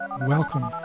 Welcome